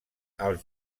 als